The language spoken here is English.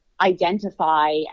identify